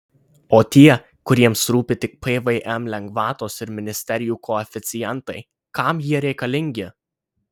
o tie kuriems rūpi tik pvm lengvatos ir ministerijų koeficientai kam jie reikalingi